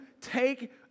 take